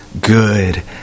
good